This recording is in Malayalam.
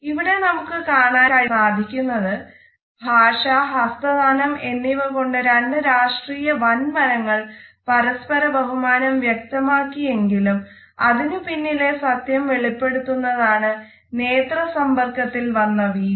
ഇവിടെ നമുക്ക് കാണാൻ സാധിക്കുന്നത് ഭാഷ ഹസ്തദാനം എന്നിവ കൊണ്ട് രണ്ട് രാഷ്ട്രീയ വൻമരങ്ങൾ പരസ്പര ബഹുമാനം വ്യക്തമാക്കി എങ്കിലും അതിനു പിന്നിലെ സത്യം വെളിപ്പെടുത്തുന്നതാണ് നേത്ര സമ്പർക്കത്തിൽ വന്ന വീഴ്ച